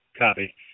Copy